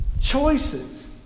Choices